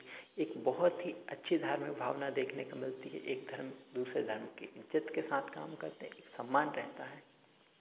एक बहुत ही अच्छी धार्मिक भावना देखने को मिलती है कि एक धर्म दूसरे धर्म की इज्ज़त के साथ काम करते हैं एक सम्मान रहता है